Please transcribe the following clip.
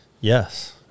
Yes